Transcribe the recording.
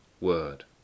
word